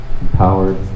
empowered